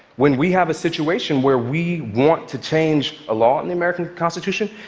when we have a situation where we want to change a law in the american constitution,